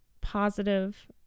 positive